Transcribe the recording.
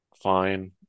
fine